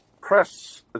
press